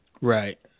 Right